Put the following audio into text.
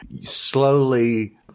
slowly